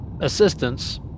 assistance